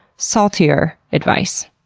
saltier advice.